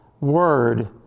word